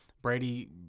Brady